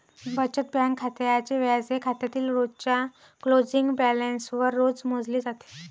बचत बँक खात्याचे व्याज हे खात्यातील रोजच्या क्लोजिंग बॅलन्सवर रोज मोजले जाते